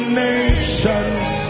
nations